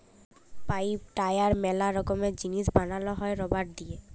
pipe, tyre ম্যালা রকমের জিনিস বানানো হ্যয় রাবার দিয়ে